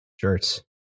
Shirts